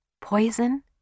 Poison